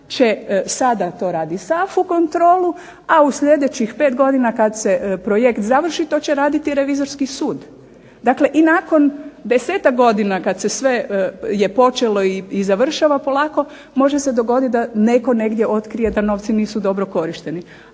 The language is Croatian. se ne razumije./… kontrolu, a u sljedećih pet godina kad se projekt završi to će raditi revizorski sud. Dakle, i nakon 10-tak godina kad sve je počelo i završava polako može se dogoditi da netko negdje otkrije da novci nisu dobro korišteni,